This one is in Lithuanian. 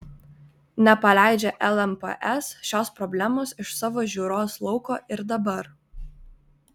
nepaleidžia lmps šios problemos iš savo žiūros lauko ir dabar